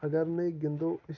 اَگر نٔے گِنٛدو أسۍ